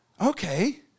okay